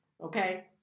Okay